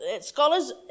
Scholars